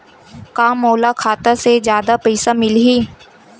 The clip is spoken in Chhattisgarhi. का मोला खाता से जादा पईसा मिलही?